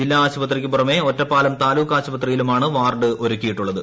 ജില്ലാ ആശുപത്രിയ്ക്ക് പുറമേ ഒറ്റപ്പാലം താലൂക്ക് ആശുപത്രിയിലുമാണ് വാർഡ് ഒരുക്കിയിട്ടുളളത്